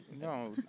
No